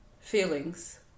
feelings